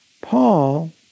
Paul